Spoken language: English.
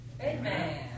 Amen